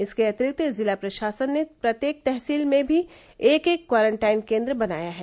इसके अतिरिक्त जिला प्रशासन ने प्रत्येक तहसील में भी एक एक क्वारन्टाइन केन्द्र बनाया है